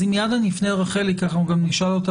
מיד אנחנו נפנה לרחל כי אנחנו גם נשאל אותה